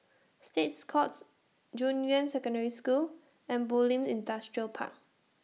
States Courts Junyuan Secondary School and Bulim Industrial Park